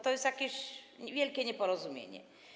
To jest jakieś wielkie nieporozumienie.